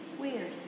Weird